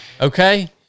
okay